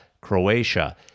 Croatia